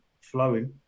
flowing